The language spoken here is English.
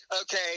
okay